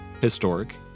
historic